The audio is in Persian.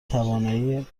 توانایی